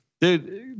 dude